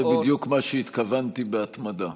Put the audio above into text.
זה בדיוק מה שהתכוונתי בהתמדה.